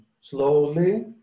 slowly